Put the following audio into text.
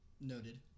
Noted